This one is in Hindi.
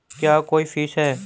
क्या कोई फीस है?